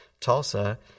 Tulsa